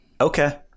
okay